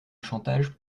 chantage